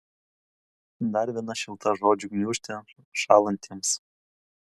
dar viena šilta žodžių gniūžtė šąlantiems